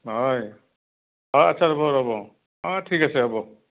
নহয় আচ্ছা ৰ'ব ৰ'ব অ' ঠিক আছে হ'ব